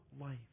life